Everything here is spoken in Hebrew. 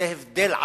זה הבדל עצום.